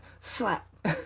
slap